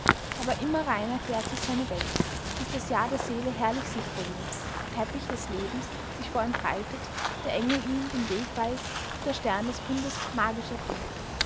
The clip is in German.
aber immer reiner klärt sich seine welt bis das jahr der seele herrlich sichtbar wird der teppich des lebens sich vor ihm breitet der engel ihm den weg weist und der stern des bundes magisch erblinkt